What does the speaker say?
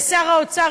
לשר האוצר,